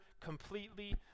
completely